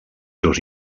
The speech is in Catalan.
seus